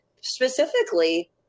specifically